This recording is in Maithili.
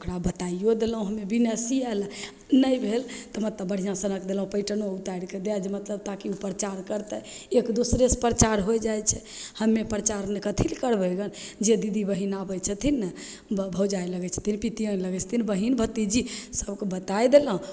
ओकरा बतैओ देलहुँ हमे बिनै सिएले नहि भेल तऽ ओकरा बढ़िआँ सनक पैटर्नो उतरिके दै देलहुँ सब ताकि प्रचार करतै एक दोसरेसे प्रचार होइ जाइ छै हमे प्रचारले कथीले करबै गन जे दीदी बहिन आबै छथिन ने भौजाइ लगै छथिन पितिआइन लगै छथिन बहिन भतीजी सभकेँ बतै देलहुँ